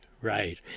Right